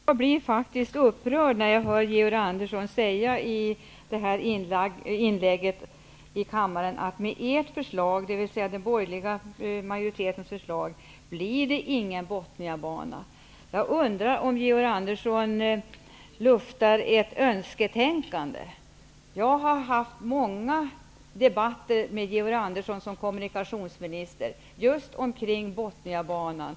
Herr talman! Jag blir faktiskt upprörd när jag hör Georg Andersson i sitt inlägg säga att det med vårt, dvs. den borgerliga majoritetens, förslag inte blir någon Bothniabana. Jag undrar om Georg Andersson luftar ett önsketänkande. Jag har fört många debatter med Georg Andersson som kommunikationsminister, just om Bothniabanan.